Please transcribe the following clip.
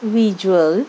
visual